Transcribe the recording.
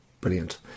Brilliant